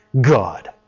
God